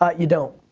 ah you don't.